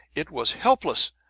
it was helpless!